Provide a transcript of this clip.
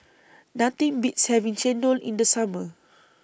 Nothing Beats having Chendol in The Summer